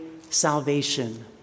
salvation